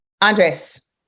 andres